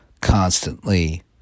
constantly